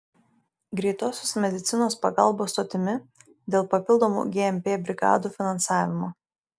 greitosios medicinos pagalbos stotimi dėl papildomų gmp brigadų finansavimo